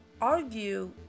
Argue